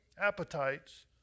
appetites